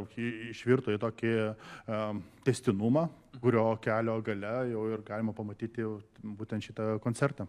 tokį išvirto į tokį tęstinumą kurio kelio gale jau ir galima pamatyti būtent šitą koncertą